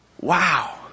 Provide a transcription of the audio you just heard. Wow